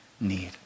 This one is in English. need